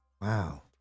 Wow